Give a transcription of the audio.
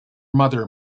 mother